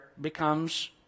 becomes